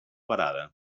parada